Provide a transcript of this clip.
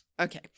Okay